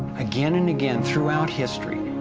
again and again, throughout history,